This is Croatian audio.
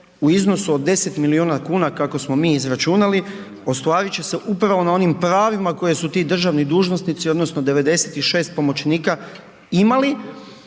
u iznosu od 10 milijuna kuna kako smo mi izračunali, ostvarit će se upravo na onim pravima koje su ti državni dužnosnici odnosno 96 pomoćnika imali